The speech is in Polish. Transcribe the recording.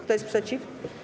Kto jest przeciw?